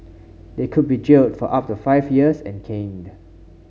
they could be jailed for up to five years and caned